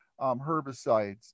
herbicides